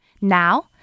Now